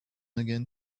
again